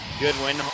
Goodwin